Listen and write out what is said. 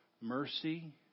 mercy